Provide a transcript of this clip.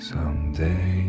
Someday